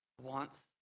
wants